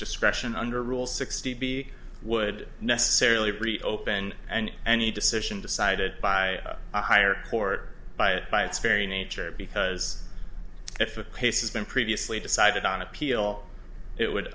discretion under rule sixty b would necessarily be open and any decision decided by a higher court by it by its very nature because if of pace's been previously decided on appeal it would